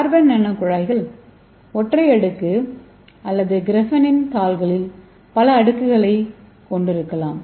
carbon நானோகுழாய்கள் ஒற்றை அடுக்கு அல்லது கிராபெனின் தாள்களின் பல அடுக்குகளைக் கொண்டிருக்கலாம்